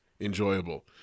enjoyable